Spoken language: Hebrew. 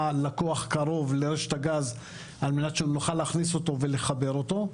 לקוח קרוב לרשת הגז על מנת שנוכל להכניס אותו ולחבר אותו.